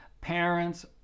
parents